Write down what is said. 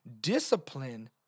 discipline